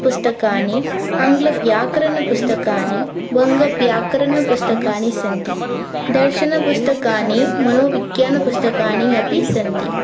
पुस्तकानि आङ्गलव्याकरणपुस्तकानि बङ्गव्याकरणपुस्तकानि सन्ति दर्शनपुस्तकानि मनोविज्ञानपुस्तकानि अपि सन्ति